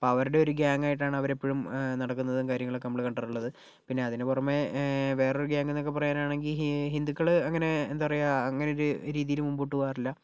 അപ്പം അവരുടെ ഒരു ഗാങ് ആയിട്ടാണ് അവർ എപ്പോഴും നടക്കുന്നത് കാര്യങ്ങളൊക്കെ നമ്മൾ കണ്ടിട്ടുള്ളത് പിന്നെ അതിന് പുറമെ വേറൊരു ഗാങ് എന്നൊക്കെ പായാനാണെങ്കിൽ ഹിന്ദുക്കൾ അങ്ങനെ എന്താ പറയുക അങ്ങനെ ഒരു രീതിയിൽ മുൻപോട്ട് പോകാറില്ല